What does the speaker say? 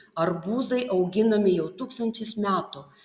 arbūzai auginami jau tūkstančius metų